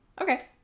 Okay